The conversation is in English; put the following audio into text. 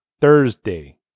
Thursday